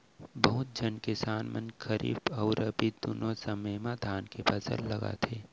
बहुत झन किसान मन खरीफ अउ रबी दुनों समे म धान के फसल लगाथें